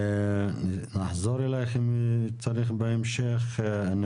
נחזור אליך אם יהיה צורך בהמשך.